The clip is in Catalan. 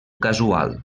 casual